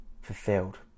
fulfilled